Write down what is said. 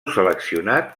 seleccionat